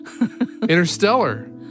Interstellar